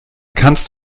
kannst